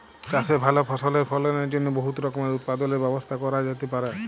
চাষে ভাল ফসলের ফলনের জ্যনহে বহুত রকমের উৎপাদলের ব্যবস্থা ক্যরা যাতে পারে